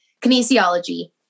kinesiology